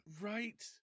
Right